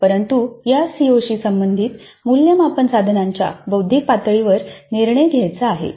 परंतु या सीओशी संबंधित मूल्यमापन साधनांच्या बौद्धिक पातळीवर निर्णय घ्यायचा आहे